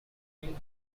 meant